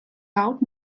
out